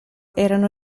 erano